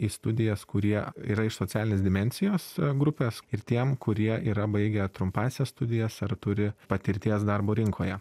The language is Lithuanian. į studijas kurie yra iš socialinės dimensijos grupės ir tiem kurie yra baigę trumpąsias studijas ar turi patirties darbo rinkoje